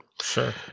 sure